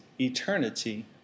eternity